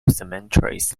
cemeteries